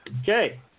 Okay